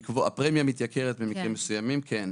הפרמיה מתייקרת במקרים מסוימים, כן.